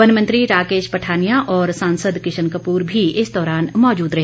वनमंत्री राकेश पठानिया और सांसद किशन कपूर भी इस दौरान मौजूद रहे